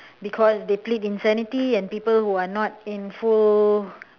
because they plead insanity and people who are not in full